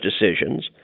decisions